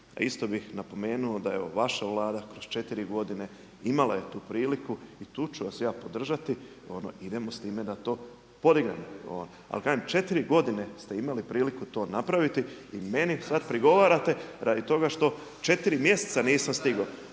isto bih napomenuo da je vaša vlada kroz četiri godine imala je tu priliku i tu ću vas ja podržati, idemo s time da to podignemo. Ali kažem, četiri godine ste imali priliku to napravite i meni sada prigovarate radi toga što četiri mjeseca nisam stigao.